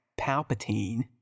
Palpatine